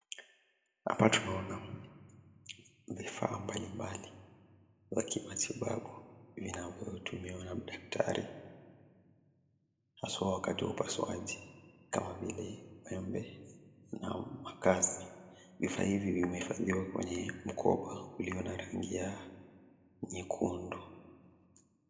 Hapa tunaona vifaa mbalimbali vya kimatibabu vinavyotumiwa na madaktari haswa wakati wa upasuaji kama vile wembe na makasi. Vifaa hivi vimehifadhiwa kwenye mkoba ulio na rangi ya nyekundu.